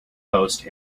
host